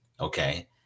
okay